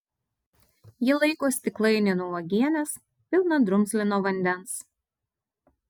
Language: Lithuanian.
ji laiko stiklainį nuo uogienės pilną drumzlino vandens